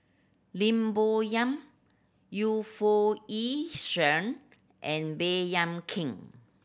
Lim Bo Yam Yu Foo Yee Shoon and Baey Yam Keng